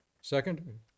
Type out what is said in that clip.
second